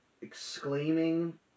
exclaiming